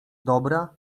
dobra